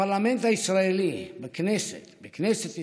בפרלמנט הישראלי, בכנסת, בכנסת ישראל,